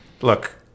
look